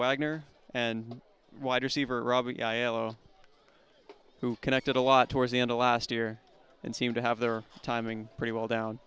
wagner and wide receiver robert diallo who connected a lot towards the end of last year and seemed to have their timing pretty well down